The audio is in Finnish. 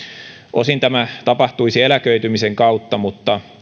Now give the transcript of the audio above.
osin tämä tapahtuisi eläköitymisen kautta mutta